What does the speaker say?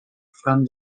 from